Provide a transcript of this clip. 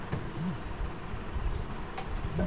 टरबूजाची लागवड कोनत्या हंगामात कराव?